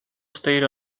stayed